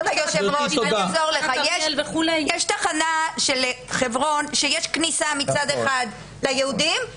יש תחנה של חברון שיש כניסה מצד אחד ליהודים,